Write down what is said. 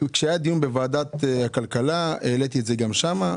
כשהיה דיון בוועדת הכלכלה, העליתי את זה גם שם.